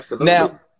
Now